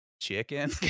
chicken